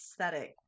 aesthetic